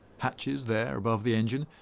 hatches there above the engine.